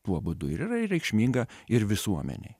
tuo būdu ir yra reikšminga ir visuomenei